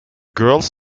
girls